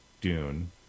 Dune